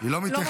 היא לא מתייחסת.